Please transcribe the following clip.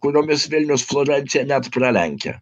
kuriomis vilnius florenciją net pralenkia